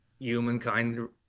Humankind